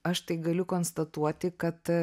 aš tai galiu konstatuoti kad